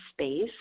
space